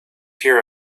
hear